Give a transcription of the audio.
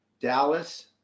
Dallas